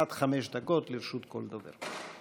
עד חמש דקות לרשות כל דובר.